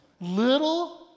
Little